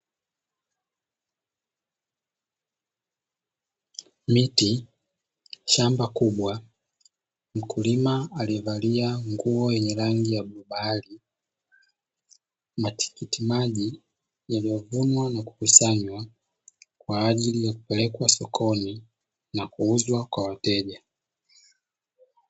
Miti, shamba kubwa, mkulima aliyevalia nguo yenye rangi ya bluu bahari; matikitimaji yaliyovunwa na kukusanywa kwa ajili ya kupelekwa sokoni na kuuzwa kwa wateja.